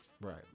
right